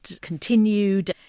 continued